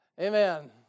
Amen